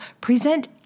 present